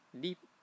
deep